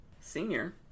senior